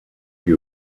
qui